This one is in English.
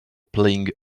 playing